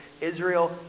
Israel